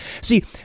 See